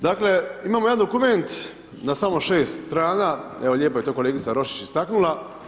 Dakle, imamo jedan dokument na samo 6 strana, evo lijepo je to kolegica Roščić istaknula.